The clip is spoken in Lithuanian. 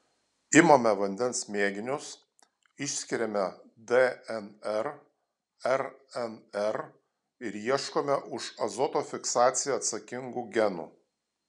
imame vandens mėginius išskiriame dnr rnr ir ieškome už azoto fiksaciją atsakingų genų